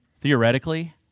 theoretically